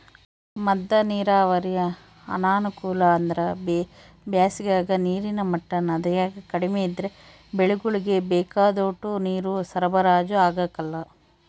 ಮದ್ದ ನೀರಾವರಿ ಅನಾನುಕೂಲ ಅಂದ್ರ ಬ್ಯಾಸಿಗಾಗ ನೀರಿನ ಮಟ್ಟ ನದ್ಯಾಗ ಕಡಿಮೆ ಇದ್ರ ಬೆಳೆಗುಳ್ಗೆ ಬೇಕಾದೋಟು ನೀರು ಸರಬರಾಜು ಆಗಕಲ್ಲ